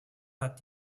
hat